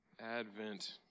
Advent